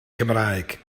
cymraeg